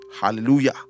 hallelujah